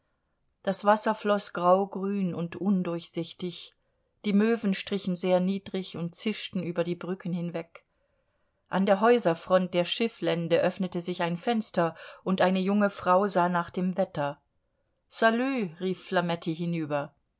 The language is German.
das wasser floß graugrün und undurchsichtig die möwen strichen sehr niedrig und zischten über die brücken hinweg an der häuserfront der schifflände öffnete sich ein fenster und eine junge frau sah nach dem wetter salü rief flametti hinüber